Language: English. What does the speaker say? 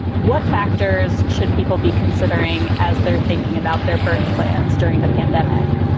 what factors should people be considering as they're thinking about their birth plans during the pandemic?